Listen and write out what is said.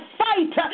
fight